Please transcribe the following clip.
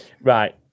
Right